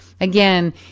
Again